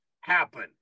happen